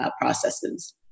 processes